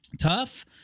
tough